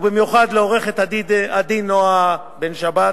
ובמיוחד לעורכת-הדין נועה בן-שבת,